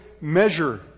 measure